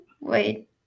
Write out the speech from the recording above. Wait